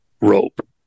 rope